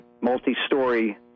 multi-story